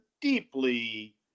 deeply